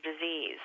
disease